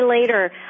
later